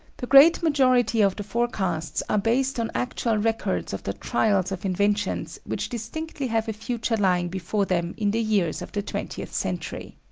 the great majority of the forecasts are based on actual records of the trials of inventions which distinctly have a future lying before them in the years of the twentieth century.